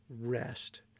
rest